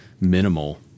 minimal